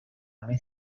mes